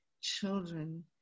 children